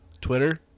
Twitter